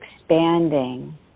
expanding